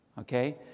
okay